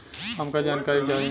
हमका जानकारी चाही?